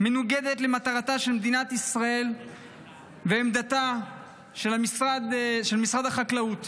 מנוגדת למטרתה של מדינת ישראל ולעמדתו של משרד החקלאות